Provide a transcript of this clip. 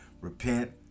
Repent